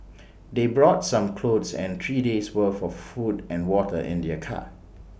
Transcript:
they brought some clothes and three days' worth for food and water in their car